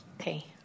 Okay